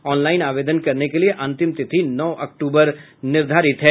online आवेदन करने के लिये अंतिम तिथि नौ अक्टूबर निर्धारित है